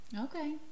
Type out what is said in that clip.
okay